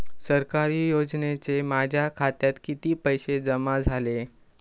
सरकारी योजनेचे माझ्या खात्यात किती पैसे जमा झाले?